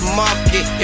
market